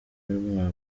mwa